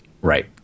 Right